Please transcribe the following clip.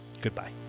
Goodbye